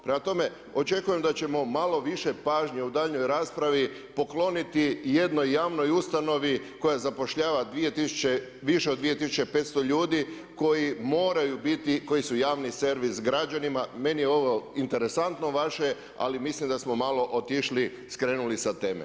Prema tome, očekujem da ćemo malo više pažnje u daljnjoj raspravi pokloniti jednoj javnoj ustanovi koja zapošljava više od 2500 ljudi koji moraju biti, koji su javni servis građanima, meni ovo interesantno vaše, ali mislim da smo malo otišli, skrenuli sa teme.